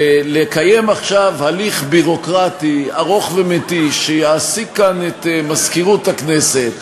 שלקיים עכשיו הליך ביורוקרטי ארוך ומתיש שיעסיק כאן את מזכירות הכנסת,